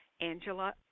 Angela